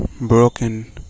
broken